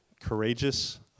courageous